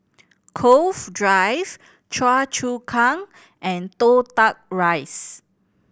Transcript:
Cove Drive Choa Chu Kang and Toh Tuck Rise